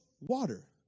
water